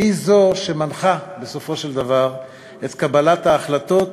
היא זו שמנחה בסופו של דבר את קבלת ההחלטות,